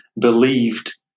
believed